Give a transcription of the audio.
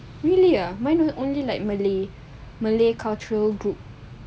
really ah mine only like malay malay culture group